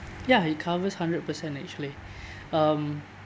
ya it covers hundred percent actually um